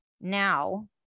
now